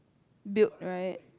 built right